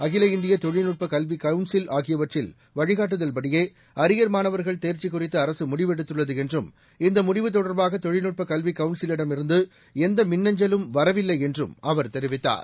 அகில இந்திய தொழில்நுட்ப கல்விக் கவுன்சில் ஆகியவற்றின் வழிகாட்டுதல் படியே அரியர் மாணவர்கள் தேர்க்சி குறித்து அரசு முடிவெடுத்துள்ளது என்றும் இந்த முடிவு தொடர்பாக தொழில்நுட்ப கல்விக் கவுன்சிலிடமிருந்து எந்த மின்னஞ்சலும் வரவில்லை என்றும் அவர் தெரிவித்தார்